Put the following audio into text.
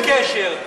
שום קשר.